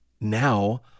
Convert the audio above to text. Now